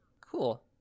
Cool